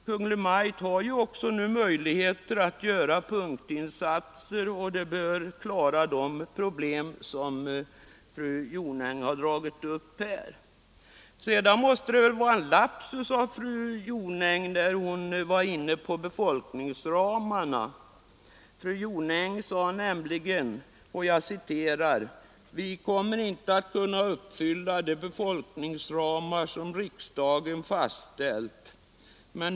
Kungl. Maj:t har ju också möjligheter att göra punktinsatser. Det bör klara de problem som fru Jonäng här tog upp. Men sedan var det väl en lapsus när fru Jonäng på tal om befolkningsramarna sade att vi inte kommer att kunna uppfylla de befolkningsramar som riksdagen fastställt.